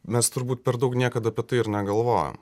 mes turbūt per daug niekad apie tai ir negalvojom